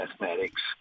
mathematics